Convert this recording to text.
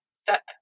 step